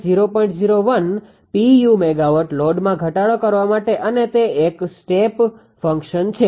01 pu MW લોડમાં ઘટાડો કરવા માટે અને તે એક સ્ટેપ ફંક્શન છે